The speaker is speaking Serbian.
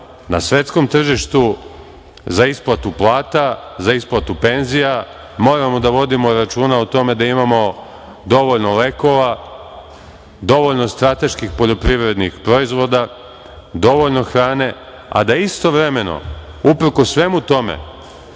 na svetskom tržištu za isplatu plata, za isplatu penzija, moramo da vodimo računa o tome da imamo dovoljno lekova, dovoljno strateških poljoprivrednih proizvoda, dovoljno hrane, a da istovremeno uprkos svemu tome